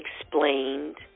explained